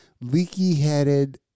leaky-headed